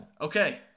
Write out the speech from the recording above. Okay